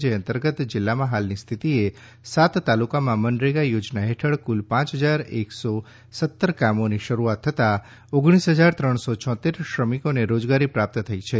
જે અંતર્ગત જિલ્લામાં હાલની સ્થિતિએ સાત તાલુકામાં મનરેગા યોજના હેઠળ કુલ પાંચ હજાર એક સો સત્તર કામોની શરૂઆત થતા ઓગણીસ હજાર ત્રણસો છોત્તર શ્રમિકોને રોજગારી પ્રાપ્ત થઈ છે